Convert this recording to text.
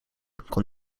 kon